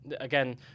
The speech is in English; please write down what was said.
again